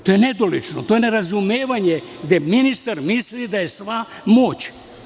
To je nedolično, to je nerazumevanje, gde ministar misli da je sva moć.